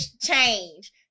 change